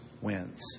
wins